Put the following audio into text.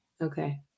Okay